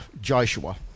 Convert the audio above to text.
Joshua